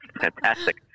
Fantastic